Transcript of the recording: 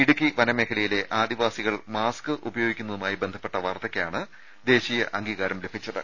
ഇടുക്കി വനമേഖലയിലെ ആദിവാസികൾ മാസ്ക് ഉപയോഗിക്കുന്നതുമായി ബന്ധപ്പെട്ട വാർത്തയ്ക്കാണ് ദേശീയ അംഗീകാരം ലഭിച്ചത്